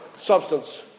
substance